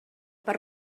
per